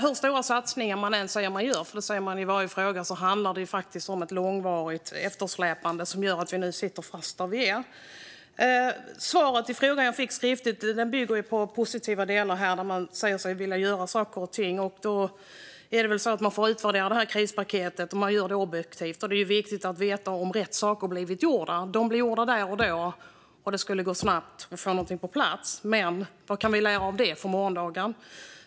Hur stora satsningar man än säger att man gör - det säger man i varje fråga - handlar detta om en långvarig eftersläpning som gjort att vi nu sitter fast där vi gör. Interpellationssvaret innehåller positiva delar, och man säger sig vilja göra saker och ting. Vi får väl utvärdera krispaketet objektivt. Det är viktigt att veta om rätt saker har blivit gjorda, att de blir gjorda där och då och att saker och ting har gjorts snabbt för att komma på plats. Men vad kan vi lära av det här för morgondagen?